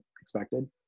expected